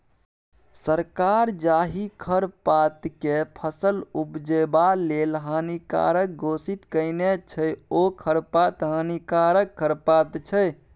सरकार जाहि खरपातकेँ फसल उपजेबा लेल हानिकारक घोषित केने छै ओ खरपात हानिकारक खरपात छै